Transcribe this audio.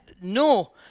no